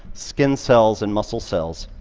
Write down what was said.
skin cells and muscle cells.